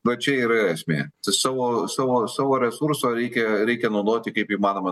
va čia ir yra esmė savo savo savo resurso reikia reikia naudoti kaip įmanoma